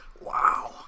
wow